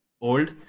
old